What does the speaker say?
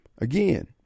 Again